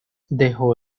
dejó